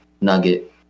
nugget